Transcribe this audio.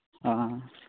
ᱦᱮᱸ